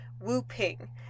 Wu-Ping